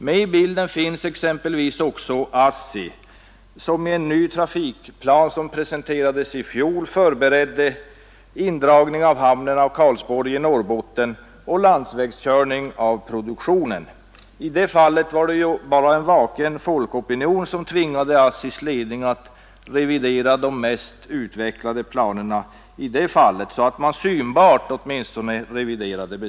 Med i bilden finns också ASSI som i en ny trafikplan, vilken presenterades i fjol, förberedde indragning av hamnen i Karlsborg i Norrbotten och landsvägskörning av produktionen. I det fallet var det ju bara en vaken folkopinion som tvingade ASSI:s ledning att åtminstone synbart revidera de mest utvecklade planerna.